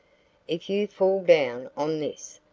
if you fall down on this,